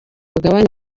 mugabane